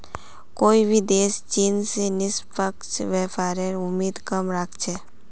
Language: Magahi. कोई भी देश चीन स निष्पक्ष व्यापारेर उम्मीद कम राख छेक